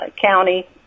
county